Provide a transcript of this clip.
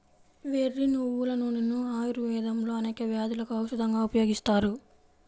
వెర్రి నువ్వుల నూనెను ఆయుర్వేదంలో అనేక వ్యాధులకు ఔషధంగా ఉపయోగిస్తారు